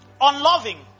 unloving